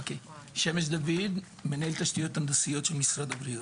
שמש דוד, מנהל תשתיות הנדסיות של משרד הבריאות.